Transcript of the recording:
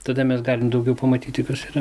tada mes galim daugiau pamatyti kas yra